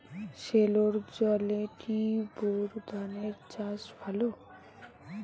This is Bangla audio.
সেলোর জলে কি বোর ধানের চাষ ভালো?